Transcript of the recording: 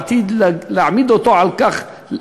עתיד להעמיד אותו על כך,